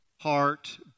heart